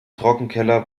trockenkeller